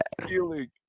feeling